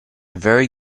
very